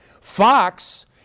Fox